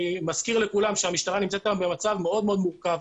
אני מזכיר לכולם שהמשטרה נמצאת היום במצב מאוד מאוד מורכב.